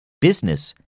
Business